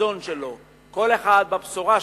בחזון שלו, כל אחד בבשורה שלו,